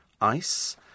ice